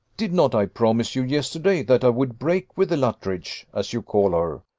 did not i promise you yesterday, that i would break with the luttridge, as you call her?